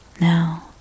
Now